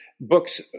books